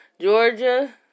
Georgia